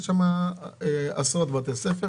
יש שם עשרות בתי ספר